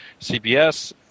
cbs